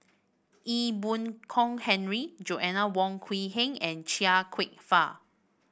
Ee Boon Kong Henry Joanna Wong Quee Heng and Chia Kwek Fah